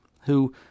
who